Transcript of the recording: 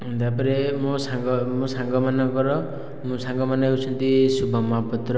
ତାପରେ ମୋ ସାଙ୍ଗ ମୋ ସାଙ୍ଗମାନଙ୍କର ମୋ ସାଙ୍ଗମାନେ ହେଉଛନ୍ତି ଶୁଭମ୍ ମହାପାତ୍ର